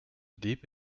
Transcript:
deep